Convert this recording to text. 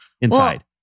inside